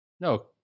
no